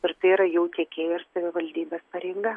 ir tai yra jau tiekėjo ir savivaldybės pareiga